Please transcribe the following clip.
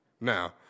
Now